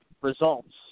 results